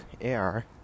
Air